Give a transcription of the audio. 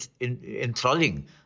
enthralling